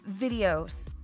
videos